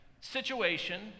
situation